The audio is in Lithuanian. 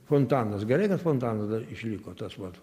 fontanas gerai kad fontanas dar išliko tas vat